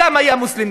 גם הוא מוסלמי.